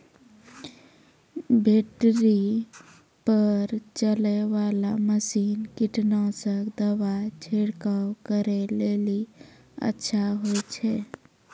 Battery पर चलै वाला मसीन कीटनासक दवा छिड़काव करै लेली अच्छा होय छै?